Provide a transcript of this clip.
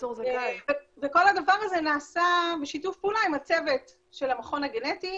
כל הדבר הזה נעשה בשיתוף פעולה עם הצוות של המכון הגנטי,